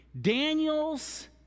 Daniel's